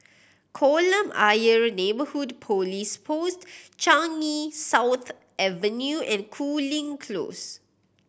Kolam Ayer Neighbourhood Police Post Changi South Avenue and Cooling Close